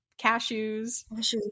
cashews